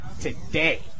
today